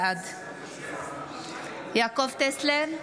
בעד יעקב טסלר,